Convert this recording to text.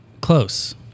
Close